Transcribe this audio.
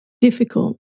difficult